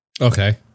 Okay